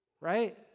Right